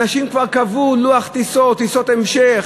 אנשים כבר קבעו לוח טיסות, טיסות המשך.